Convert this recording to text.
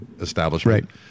establishment